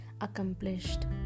accomplished